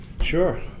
Sure